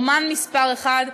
אמן מספר אחת,